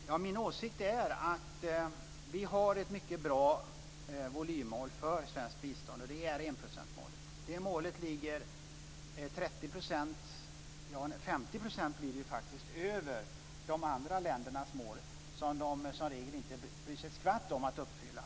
Fru talman! Min åsikt är att vi har ett mycket bra volymmål för svenskt bistånd, och det är enprocentsmålet. Det målet ligger faktiskt 50 % över de andra ländernas mål, som de som regel inte bryr sig ett skvatt om att uppfylla.